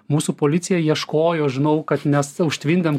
mūsų policija ieškojo žinau kad nes užtvindėm